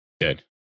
Good